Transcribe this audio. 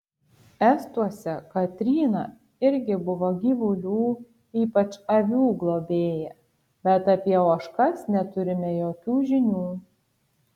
estuose katryna irgi buvo gyvulių ypač avių globėja bet apie ožkas neturime jokių žinių